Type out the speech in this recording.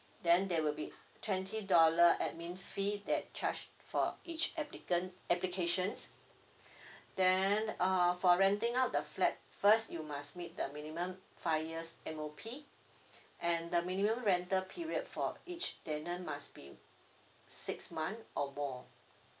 then there will be twenty dollar admin fee that charged for each applicant applications then err for renting out the flat first you must meet the minimum five years M_O_P and the minimum rental period for each tenant must be six month or more